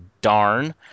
darn